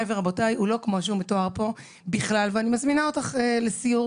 ורבותיי הוא לא כמו שהוא מתואר פה בכלל ואני מזמינה אותך לסיור,